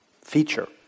feature